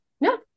No